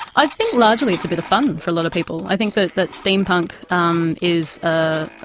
i think largely it's a bit of fun for a lot of people. i think that that steampunk um is a